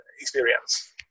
experience